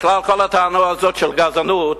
בכלל, כל הטענה הזאת של גזענות,